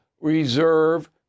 reserve